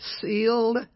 sealed